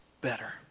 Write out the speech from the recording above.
better